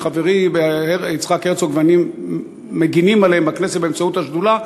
שחברי יצחק הרצוג ואני מגינים עליהם בכנסת באמצעות השדולה,